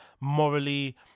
morally